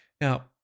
Now